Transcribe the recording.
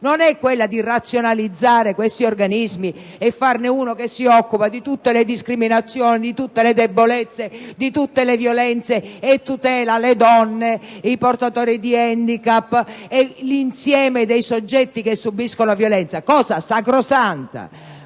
non è quello di razionalizzare questi organismi e farne uno che si occupa di tutte le discriminazioni, di tutte le debolezze, di tutte le violenze, e tuteli le donne, i portatori di handicap, l'insieme dei soggetti che subiscono violenza (cosa sacrosanta),